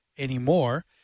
Anymore